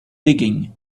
digging